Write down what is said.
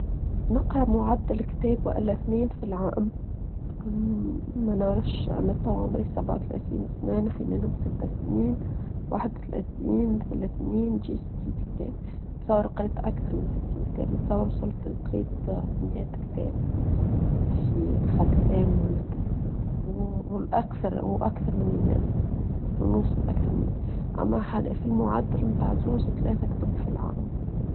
نقرأ معد الكتاب لاثنين في العام ما نعيش نطور سبعه وثلاثين سنان حي منهمسته سنين واحد وثلاثين ثلاثين جي ستين كتاب نتصور قريت أكثر من ستين كتاب نتصور صورة القريت مئة كتاب في الحد الآن معناتها وأكثر وأكثر من مئة ونوصل أكثر من أما حالي في المعد المتعزوز ثلاثة كتب في العام.